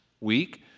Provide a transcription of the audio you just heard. week